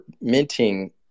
minting